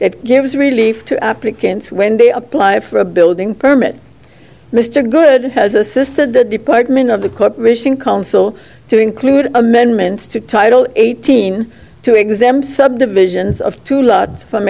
that gives relief to applicants when they apply for a building permit mr good has assisted the department of the corporation council to include amendments to title eighteen to exempt subdivisions of two lads from